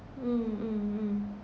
mm mm mm